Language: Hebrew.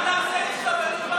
מה אדם צריך לקבל מטבח כזה?